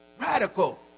Radical